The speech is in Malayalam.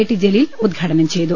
ടി ജലീൽ ഉദ്ഘാടനം ചെയ്തു